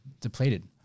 depleted